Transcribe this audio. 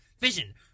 vision